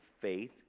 faith